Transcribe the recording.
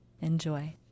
Enjoy